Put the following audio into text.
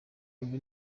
wumve